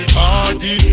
party